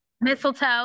Mistletoe